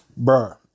Bruh